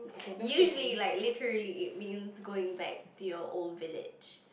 usually like literally it means going back to your old village